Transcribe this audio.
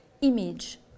image